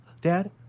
Dad